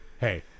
hey